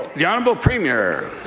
the um but premier